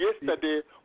yesterday